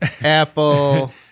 Apple